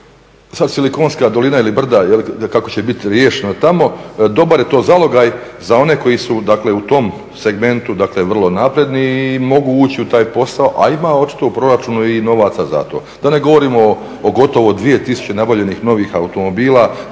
sad Silikonska dolina ili brda jel' kako će biti riješeno tamo, dobar je to zalogaj za one koji su dakle u tom segmentu vrlo napredni i mogu ući u taj posao, a ima očito u proračunu i novaca za to. Da ne govorim o gotovo 2000 nabavljenih novih automobila,